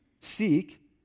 Seek